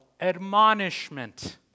admonishment